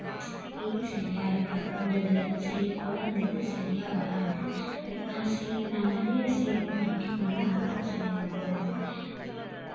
இது சரியாக இருக்காது அந்த அதில் செய்யக்கொள்ள அந்த இது சரியாக வராது நான் செய் நான் நிறையா செய்யணுன் நினைக்க கொள்ளலாம் அதுவும் சரியாக வராது